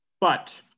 but-